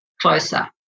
closer